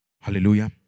Hallelujah